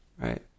right